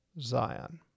Zion